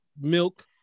milk